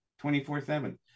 24-7